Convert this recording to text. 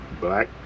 black